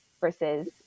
versus